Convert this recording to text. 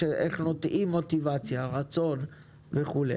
איך לטעת מוטיבציה, רצון וכו'.